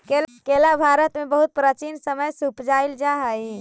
केला भारत में बहुत प्राचीन समय से उपजाईल जा हई